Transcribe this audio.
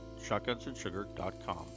shotgunsandsugar.com